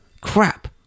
Crap